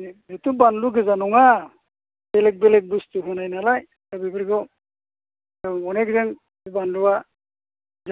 बे बेथ' बानलु गोजा नङा बेलेग बेलेग बुस्तु होनाय नालाय आरो बेफोरखौ जों अनेखजों बे बानलुआ